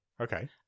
Okay